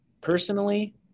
personally